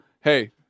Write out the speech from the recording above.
hey